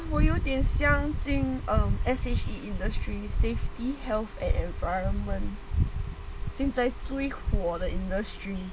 我有点香精 um she industry safety health and environment 现在最火的 industry